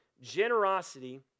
generosity